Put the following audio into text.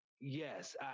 yes